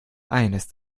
eines